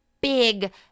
big